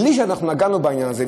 בלי שאנחנו נגענו בעניין הזה,